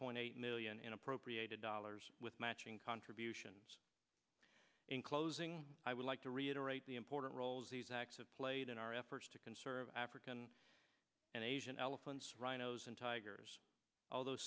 point eight million and appropriated dollars with matching contributions in closing i would like to reiterate the important roles these acts have played in our efforts to conserve african and asian elephants rhinos and tigers although